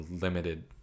limited